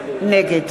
נגד